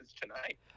tonight